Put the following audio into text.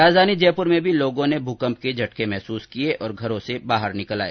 राजधानी जयपुर में भी लोगों ने भूकम्प के झटके महसूस किए और घरों से बाहर निकल आए